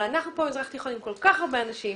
אנחנו כאן מזרח תיכון עם כל כך הרבה אנשים,